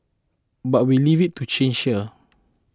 but we leave it to chance here